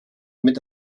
mit